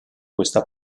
questa